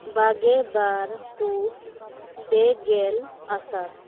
ᱵᱟᱜᱮ ᱵᱟᱨ ᱯᱩᱥ ᱯᱮᱜᱮᱞ ᱟᱥᱟᱲ